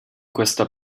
questa